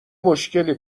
مشکلی